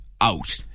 out